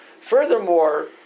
Furthermore